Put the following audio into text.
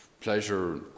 pleasure